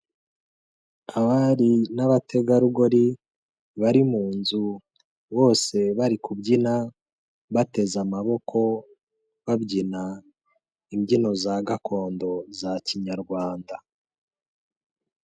Abari n'abategarugori bari mu nzu bose bari kubyina, bateze amaboko, babyina imbyino za gakondo za kinyarwanda.